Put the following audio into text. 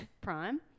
prime